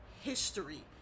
history